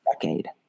decade